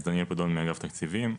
אני מאגף תקציבים.